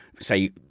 say